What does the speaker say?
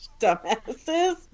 dumbasses